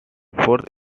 fourth